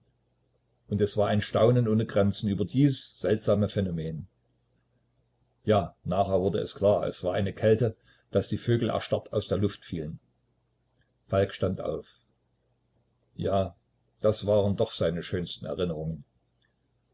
und es war ein staunen ohne grenzen über dies seltsame phänomen ja nachher wurde es klar es war eine kälte daß die vögel erstarrt aus der luft fielen falk stand auf ja das waren doch seine schönsten erinnerungen